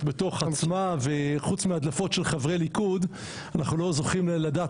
בתוך עצמה וחוץ מהדלפות של חברי ליכוד אנחנו לא זוכים לדעת